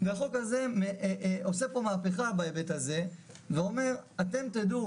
והחוק הזה עושה פה מהפכה בהיבט הזה ואומר שאתם תדעו